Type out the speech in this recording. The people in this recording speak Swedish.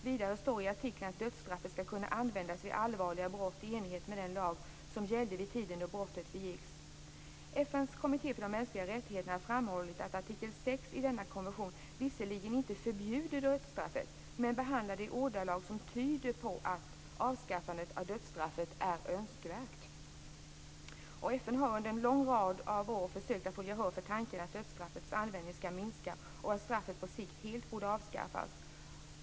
Vidare står i artikeln att dödsstraffet skall kunna användas vid allvarliga brott i enlighet med den lag som gällde vid tiden då brottet begicks. FN:s kommitté för de mänskliga rättigheterna har framhållit att artikel 6 i denna konvention visserligen inte förbjuder dödsstraffet men behandlar det i ordalag som tyder på att avskaffandet av dödsstraffet är önskvärt. FN har under en lång rad år försökt att få gehör för tanken på att dödsstraffets användning skall minskas och att straffet på sikt helt borde avskaffas.